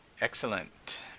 Excellent